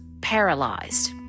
paralyzed